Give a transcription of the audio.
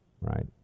Right